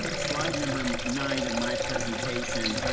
slide number nine of my presentation,